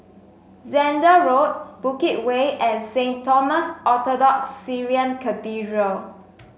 Zehnder Road Bukit Way and Saint Thomas Orthodox Syrian Cathedral